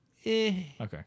Okay